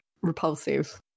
repulsive